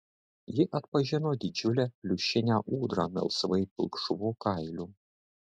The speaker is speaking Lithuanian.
ji atpažino didžiulę pliušinę ūdrą melsvai pilkšvu kailiu